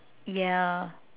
yeah